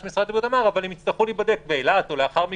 כפי שמשרד הבריאות אמר - אבל יצטרכו להיבדק באילת או לאחר מכן.